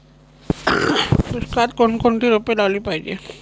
दुष्काळात कोणकोणती रोपे लावली पाहिजे?